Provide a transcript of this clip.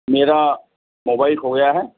میرا موبائل کھو گیا ہے